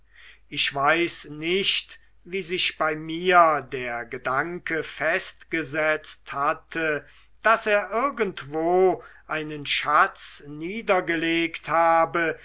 ich weiß nicht wie sich bei mir der gedanke festgesetzt hatte daß er irgendwo einen schatz niedergelegt habe